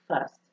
first